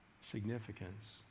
significance